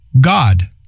God